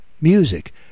music